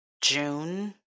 June